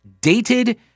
dated